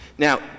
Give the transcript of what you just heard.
Now